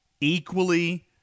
equally